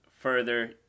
further